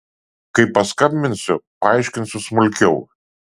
kai paskambinsiu paaiškinsiu smulkiau